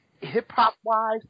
Hip-hop-wise